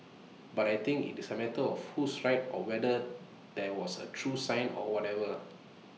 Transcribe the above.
but I think IT is A matter of who's right or whether that was A true sign or whatever